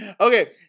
Okay